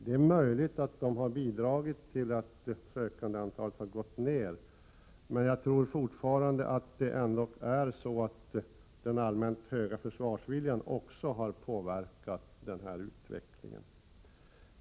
Det är möjligt att detta har bidragit till att sökandeantalet har gått ned, men jag tror fortfarande att den allmänt höga försvarsviljan också har påverkat denna utveckling.